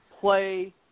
play